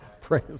Praise